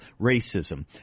racism